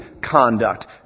conduct